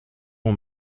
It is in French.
bon